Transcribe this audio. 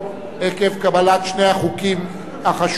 עקב קבלת שני החוקים החשובים.